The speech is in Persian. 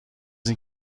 این